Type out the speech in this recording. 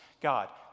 God